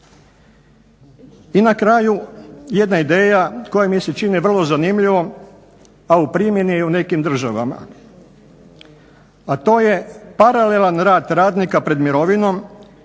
I na kraju, jedna ideja koja mi se čini vrlo zanimljivom, a u primjeni je u nekim državama, a to je paralelan rad radnika pred mirovinom